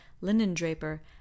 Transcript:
linen-draper